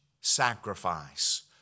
sacrifice